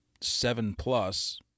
seven-plus